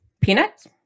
peanuts